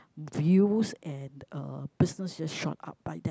views and uh business just shot up by that